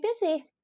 busy